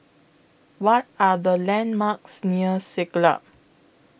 What Are The landmarks near Siglap